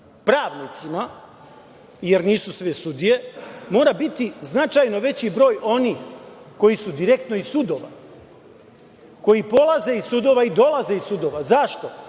pravnicima, jer nisu sve sudije, mora biti značajno veći broj onih koji su direktno iz sudova, koji polaze iz sudova i dolaze iz sudova. Zašto?